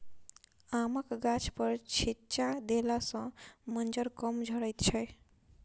आमक गाछपर छिच्चा देला सॅ मज्जर कम झरैत छै